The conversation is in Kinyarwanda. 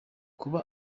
kuba